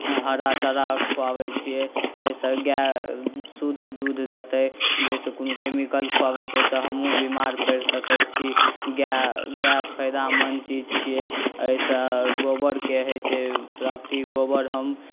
हरा चारा खुआबैत छियै एहिसँ गाय शुद्ध दूध देतै जाहिसँ कोनो केमिकल खुएबै जाहिसँ हमहूँ बीमार पड़ि सकैत छी गाए फायदामन्द चीज छियै एहिसँ गोबरके होइत छै प्राप्ति गोबर हम